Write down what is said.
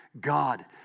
God